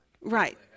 Right